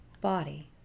body